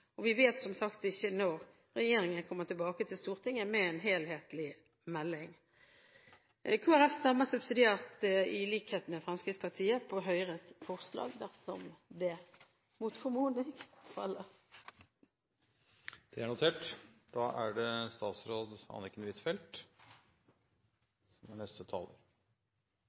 mot. Vi vet som sagt ikke når regjeringen kommer tilbake til Stortinget med en helhetlig melding. Kristelig Folkeparti stemmer subsidiært – i likhet med Fremskrittspartiet – på Høyres forslag dersom vårt forslag mot formodning faller. Det er notert. Arbeid og utdanning er viktig for personer med utviklingshemning fordi det